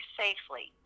safely